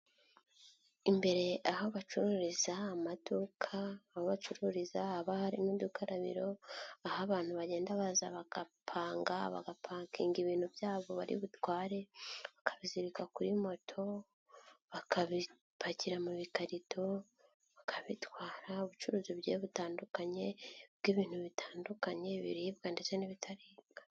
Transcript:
Imbere aho bacururiza amaduka, aho bacururiza haba hari n'udukarabiro, aho abantu bagenda baza bagapanga, bagapakinga ibintu byabo bari butware, bakabizirika kuri moto, bakabipakira mu bikarito, bakabitwara, ubucuruzi bugiye butandukanye, bw'ibintu bitandukanye biribwa ndetse n'ibitaribwa.